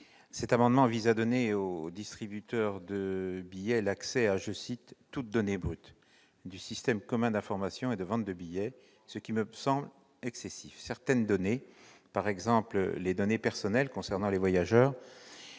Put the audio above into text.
Cet amendement vise à donner aux distributeurs de billets l'accès à « toutes données brutes » du système commun d'information et de vente de billets, ce qui me semble excessif : certaines données, par exemple les données personnelles concernant les voyageurs,